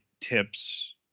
tips